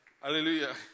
Hallelujah